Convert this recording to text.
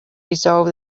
resolved